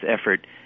effort